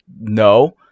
no